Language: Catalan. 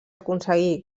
aconseguí